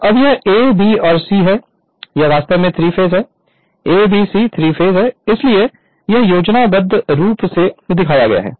तो अब यह A B और C है यह वास्तव में 3 फेस हैं A B C 3 फेस हैं इसलिए यह योजनाबद्ध रूप से दिखाया गया है